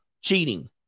cheating